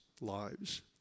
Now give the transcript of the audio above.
lives